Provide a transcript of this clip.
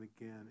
again